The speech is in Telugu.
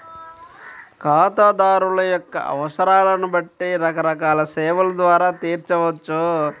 ఖాతాదారుల యొక్క అవసరాలను బట్టి రకరకాల సేవల ద్వారా తీర్చవచ్చు